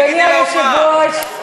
אדוני היושב-ראש,